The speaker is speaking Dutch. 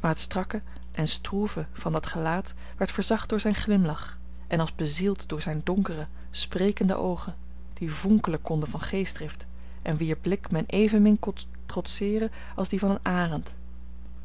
maar het strakke en stroeve van dat gelaat werd verzacht door zijn glimlach en als bezield door zijn donkere sprekende oogen die vonkelen konden van geestdrift en wier blik men evenmin kon trotseeren als dien van een arend